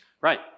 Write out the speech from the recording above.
Right